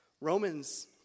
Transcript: Romans